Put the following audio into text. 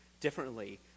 differently